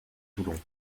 toulon